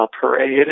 parade